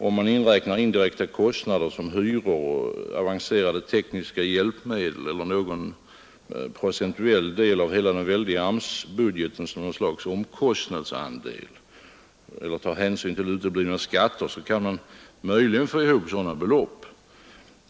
Om man inräknar indirekta kostnader som hyra, avancerade tekniska hjälpmedel eller någon procentuell del av hela den väldiga AMS-budgeten som något slags omkostnadsandel eller tar hänsyn till uteblivna skatter, kan man möjligen få ihop sådana belopp.